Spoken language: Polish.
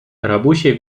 rabusie